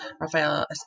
Rafael